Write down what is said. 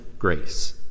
grace